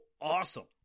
awesome